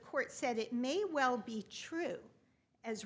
court said it may well be true as